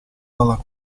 dalla